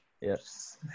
yes